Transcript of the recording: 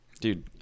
Dude